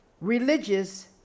Religious